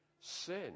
Sin